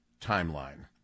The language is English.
timeline